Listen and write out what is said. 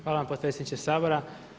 hvala vam potpredsjedniče Sabora.